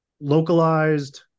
localized